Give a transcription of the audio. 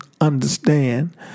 understand